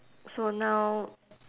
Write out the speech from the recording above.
so now